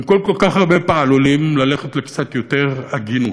במקום כל כך הרבה פעלולים, ללכת לקצת יותר הגינות?